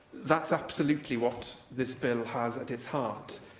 that's absolutely what this bill has at its heart.